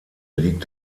liegt